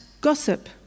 gossip